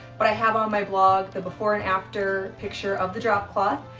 but i have on my blog the before and after picture of the drop cloth,